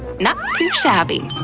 not too shabby!